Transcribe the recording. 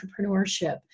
entrepreneurship